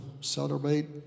celebrate